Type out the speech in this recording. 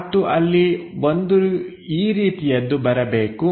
ಮತ್ತು ಅಲ್ಲಿ ಒಂದು ಈ ರೀತಿಯದ್ದು ಬರಬೇಕು